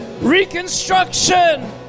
reconstruction